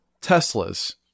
Tesla's